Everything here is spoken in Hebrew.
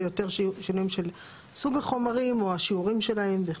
זה יותר שינויים של סוג החומרים או השיעורים שלהם וכו'.